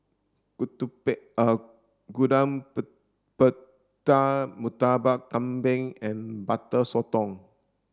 Gudeg Putih Murtabak Kambing and butter sotong